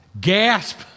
gasp